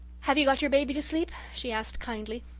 have you got your baby to sleep? she asked kindly.